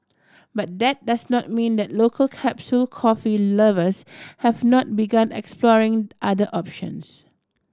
but that does not mean that local capsule coffee lovers have not begun exploring other options